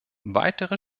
weitere